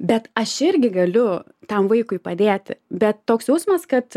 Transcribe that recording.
bet aš irgi galiu tam vaikui padėti bet toks jausmas kad